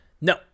No